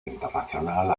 internacional